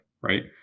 right